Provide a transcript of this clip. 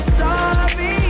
sorry